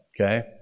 Okay